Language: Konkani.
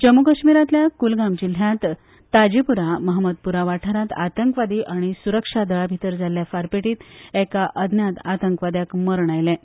जम्मू काश्मीरांतल्या पुलवामा जिल्ल्यांत लाजीपूरा महम्मदपूरा वाठारांत आतंकवादी आनी सुरक्षा दळां भितर जाल्ल्या फारपेटींत एका अनवळख्या आतंकवाद्याक मरण आयलां